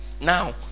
Now